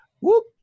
Whoop